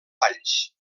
valls